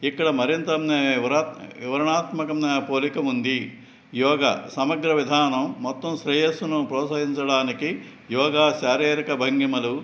ఇక్కడ మరింత వివరణాత్మకం పోలిక ఉంది యోగా సమగ్ర విధానం మొత్తం శ్రేయస్సును ప్రోత్సహించడానికి యోగా శారీరక భంగిమలు